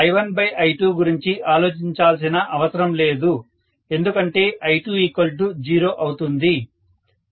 I1I2 గురించి ఆలోచించాల్సిన అవసరం లేదు ఎందుకంటే I20 అవుతుంది